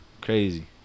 Crazy